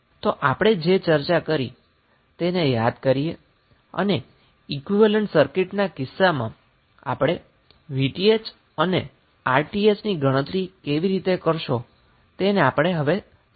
તો આપણે જે ચર્ચા કરી તેને યાદ કરી અને ઈક્વેવેલેન્ટ સર્કિટના કિસ્સામાં આપણે Vth અને Rth ની ગણતરી કેવી રીતે કરશો તેને આપણે હવે સરળતાથી સમજી શકીએ છીએ